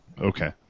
Okay